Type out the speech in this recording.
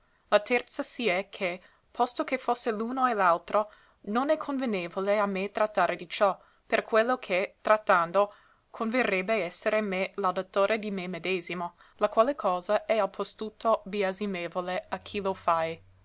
la terza si è che posto che fosse l'uno e l'altro non è convenevole a me trattare di ciò per quello che trattando converrebbe essere me laudatore di me medesimo la quale cosa è al postutto biasimevole a chi lo fae